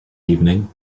evening